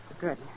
Good